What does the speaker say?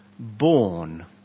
born